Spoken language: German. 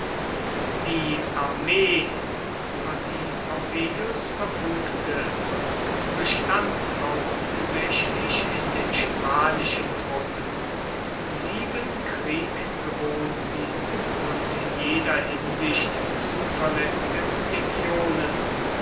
die armee über die pompeius verfügte bestand hauptsächlich in den spanischen truppen sieben krieggewohnten und in jeder hinsicht zuverlässigen legionen